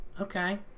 Okay